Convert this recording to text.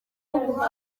ubuvuzi